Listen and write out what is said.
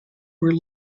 were